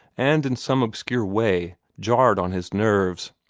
and in some obscure way jarred on his nerves.